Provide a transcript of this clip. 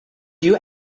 you